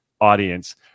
audience